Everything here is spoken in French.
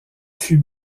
fut